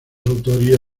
autoría